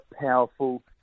powerful